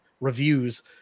reviews